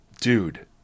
dude